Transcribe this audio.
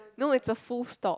no is a full stop